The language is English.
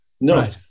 no